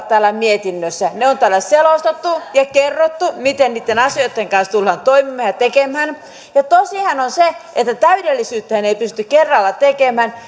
täällä mietinnössä ne on täällä selostettu ja kerrottu miten niitten asioitten kanssa tullaan toimimaan ja tekemään ja tosihan on se että täydellisyyttähän ei pysty kerralla tekemään